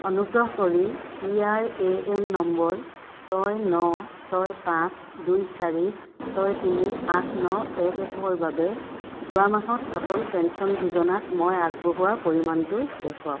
অনুগ্ৰহ কৰি P R A N number ছয় ন ছয় পাঁচ দুই চাৰি ছয় তিনি আঠ ন এক একৰ বাবে যোৱা মাহত অটল পেঞ্চন যোজনাত মই আগবঢ়োৱা পৰিমাণটো দেখুৱাওক